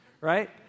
right